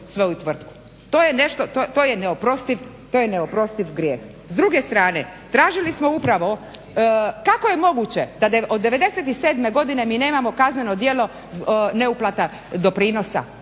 to je neoprostiv grijeh. S druge strane tražili smo upravo, kako je moguće da od 1997. godine mi nemamo kazneno djelo ne uplata doprinosa,